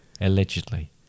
allegedly